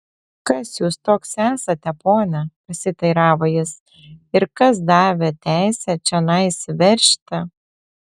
kas jūs toks esate pone pasiteiravo jis ir kas davė teisę čionai įsiveržti